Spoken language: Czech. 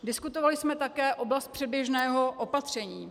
Diskutovali jsme také oblast předběžného opatření.